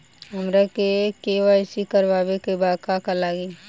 हमरा के.वाइ.सी करबाबे के बा का का लागि?